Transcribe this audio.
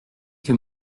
que